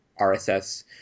RSS